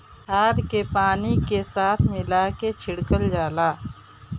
खाद के पानी के साथ मिला के छिड़कल जाला